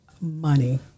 Money